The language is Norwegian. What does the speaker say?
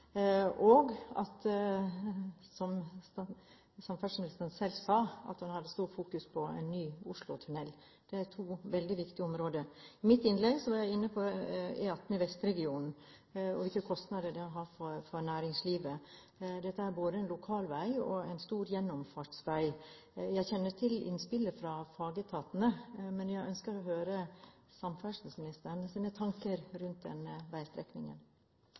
omkring, og – som samferdselsministeren selv sa – at hun har stort fokus på en ny Oslo-tunnel. Det er to veldig viktige områder. I mitt innlegg var jeg inne på E18 i Vestregionen og hvilke kostnader det har for næringslivet. Dette er både en lokalvei og en stor gjennomfartsvei. Jeg kjenner til innspillet fra fagetatene, men jeg ønsker å høre samferdselsministerens tanker rundt denne veistrekningen.